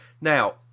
Now